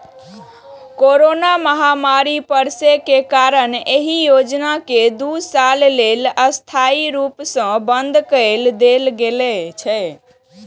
corona महामारी पसरै के कारण एहि योजना कें दू साल लेल अस्थायी रूप सं बंद कए देल गेल छै